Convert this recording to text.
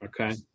okay